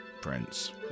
prince